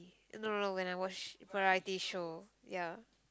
no no no when I watch variety show ya